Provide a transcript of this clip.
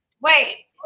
wait